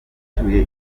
ucyuye